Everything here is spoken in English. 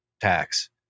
tax